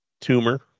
tumor